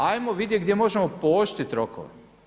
Hajmo vidjeti gdje možemo pooštriti rokove.